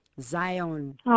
Zion